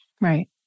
Right